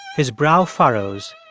his brow furrows.